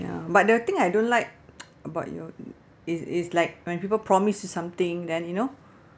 ya but the thing I don't like about your mm is is like when people promise you something then you know